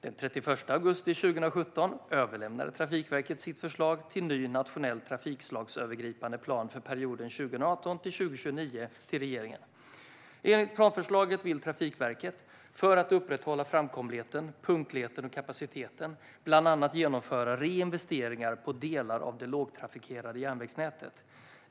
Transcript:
Den 31 augusti 2017 överlämnade Trafikverket sitt förslag till ny nationell trafikslagsövergripande plan för perioden 2018-2029 till regeringen. Enligt planförslaget vill Trafikverket för att upprätthålla framkomligheten, punktligheten och kapaciteten bland annat genomföra reinvesteringar på delar av det lågtrafikerade järnvägsnätet.